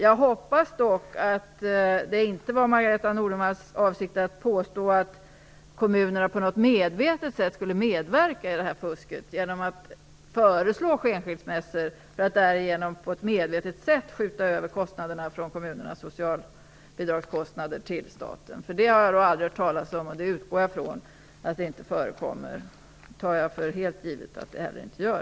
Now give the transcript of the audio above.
Jag hoppas dock att det inte var Margareta E Nordenvalls avsikt att påstå att kommunerna på något medvetet sätt skulle medverka till fusket genom att föreslå skenskilsmässor för att därigenom medvetet skjuta över kommunernas socialbidragskostnader till staten. Detta har jag aldrig hört talas om, och jag utgår från att det inte förekommer. Det tar jag för helt givet att det heller inte gör.